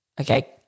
Okay